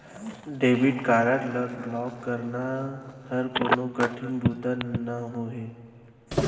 debit card ल block कराना हर कोनो कठिन बूता नोहे